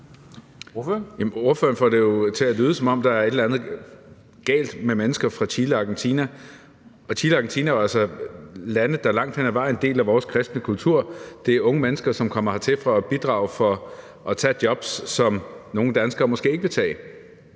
Ordføreren får det jo til at lyde, som om der er et eller andet galt med mennesker fra Chile og Argentina. Chile og Argentina er jo altså lande, der langt hen ad vejen deler vores kristne kultur. Det er unge mennesker, som kommer hertil for at bidrage, for at tage jobs, som nogle danskere måske ikke vil tage.